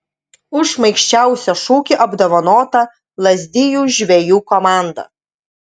už šmaikščiausią šūkį apdovanota lazdijų žvejų komanda